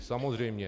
Samozřejmě.